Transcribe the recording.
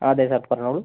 ആ അതെ സാർ പറഞ്ഞോളൂ